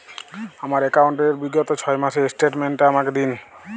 আমার অ্যাকাউন্ট র বিগত ছয় মাসের স্টেটমেন্ট টা আমাকে দিন?